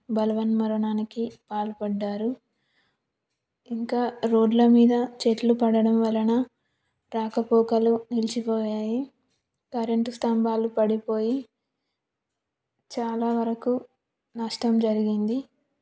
బలవన్ మరణానికి పాల్పడ్డారు ఇంకా రోడ్ల మీద చెట్లు పడడం వలన రాకపోకలు నిలిచిపోయాయి కరెంటు స్తంభాలు పడిపోయి చాలా వరకు నష్టం జరిగింది